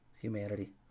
humanity